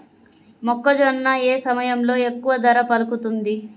మొక్కజొన్న ఏ సమయంలో ఎక్కువ ధర పలుకుతుంది?